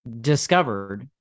discovered